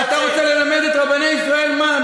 אתה רוצה ללמד את רבני ישראל מה,